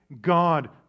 God